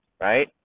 Right